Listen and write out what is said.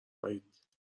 وحید